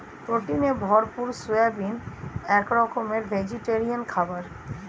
প্রোটিনে ভরপুর সয়াবিন এক রকমের ভেজিটেরিয়ান খাবার